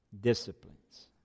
disciplines